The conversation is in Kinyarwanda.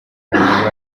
nyuma